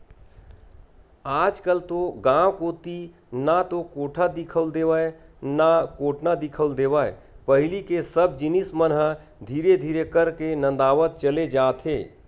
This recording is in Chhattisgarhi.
आजकल तो गांव कोती ना तो कोठा दिखउल देवय ना कोटना दिखउल देवय पहिली के सब जिनिस मन ह धीरे धीरे करके नंदावत चले जात हे